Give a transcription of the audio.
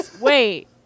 Wait